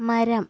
മരം